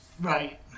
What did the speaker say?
Right